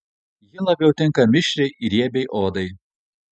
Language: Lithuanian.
ji labiau tinka mišriai ir riebiai odai